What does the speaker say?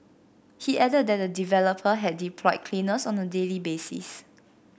he added that the developer had deployed cleaners on a daily basis